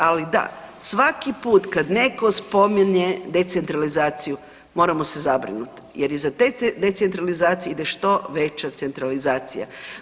Ali da, svaki put kad netko spominje decentralizaciju moramo se zabrinuti, jer iza te decentralizacije ide što veća centralizacija.